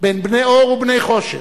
בין בני אור לבני חושך,